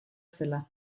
zela